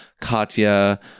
Katya